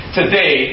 today